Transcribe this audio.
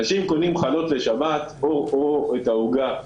אנשים קונים חלות לשבת או עוגה לשבת.